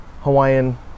Hawaiian